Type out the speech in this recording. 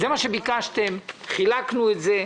זה מה שביקשתם ואנחנו חילקנו את זה.